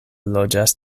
loĝas